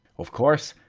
of course,